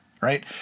right